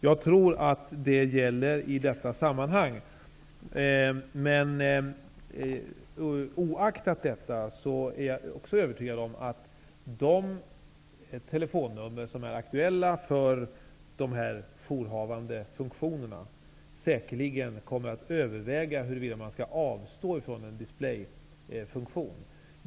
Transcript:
Jag tror att det gäller också i detta sammanhang. Oaktat detta är jag övertygad om att man när det gäller de telefonnummer som är aktuella för dessa jourhavande funktioner säkerligen kommer att överväga huruvida man skall avstå från en displayfunktion.